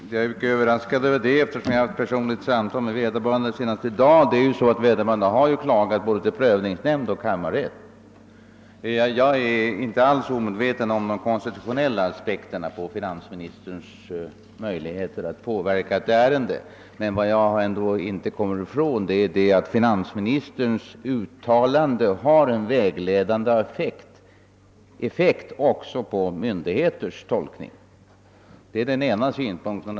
Herr talman! Jag är mycket överraskad över att höra det senaste, eftersom jag haft ett personligt samtal med vederbörande just i dag. Det förhåller sig nämligen på det sättet att hon har överklagat, både hos prövningsnämnden och kammarrätten. Jag är inte alls omedveten om de konstitutionella aspekterna på finansministerns möjligheter att påverka ett skatteärende, men vad jag ändå inte kan komma ifrån är att finansministerns uttalanden har en vägledande effekt också på myndigheters tolkning av lagstiftningen. Detta är den ena synpunkten.